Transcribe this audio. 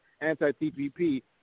anti-TPP